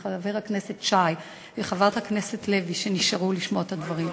את חבר הכנסת שי ואת חברת הכנסת לוי שנשארו לשמוע את הדברים.